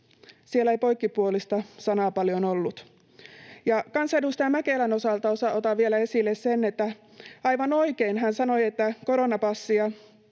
Siellä ei poikkipuolista sanaa paljon ollut. Kansanedustaja Mäkelän osalta otan vielä esille sen, että aivan oikein hän sanoi, että